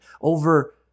over